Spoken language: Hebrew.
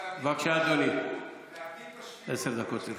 מאבדים את השפיות, בבקשה, אדוני, עשר דקות לרשותך.